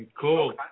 Cool